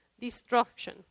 Destruction